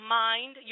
mind